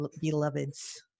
beloveds